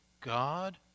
God